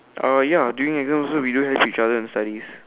uh ya during exam also we do help each other in studies